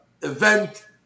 event